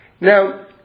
Now